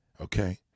okay